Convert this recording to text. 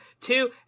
two